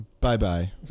bye-bye